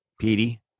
Petey